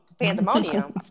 pandemonium